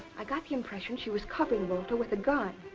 i got the impression she was copping walter with a gun.